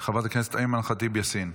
חברת הכנסת אימאן ח'טיב יאסין.